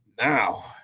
Now